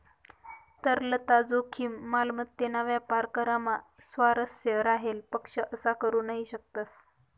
तरलता जोखीम, मालमत्तेना व्यापार करामा स्वारस्य राहेल पक्ष असा करू नही शकतस